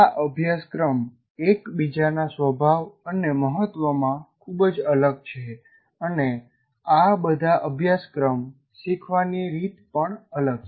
આ અભ્યાસક્રમ એકબીજાના સ્વભાવ અને મહત્વ માં ખૂબ જ અલગ છે અને આ આ બધા અભ્યાસક્રમ શીખવાની રીત પણ અલગ છે